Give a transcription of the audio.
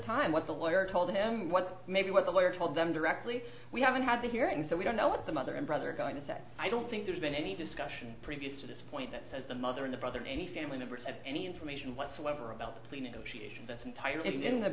time what the lawyer told him what maybe what the lawyer told them directly we haven't had the hearing so we don't know what the mother and brother are going to say i don't think there's been any discussion previous to this point that says the mother and brother in any family members have any information whatsoever about